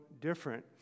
different